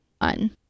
on